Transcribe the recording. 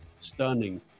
stunning